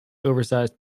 oversized